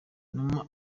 numa